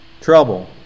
trouble